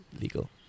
legal